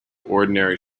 ordinary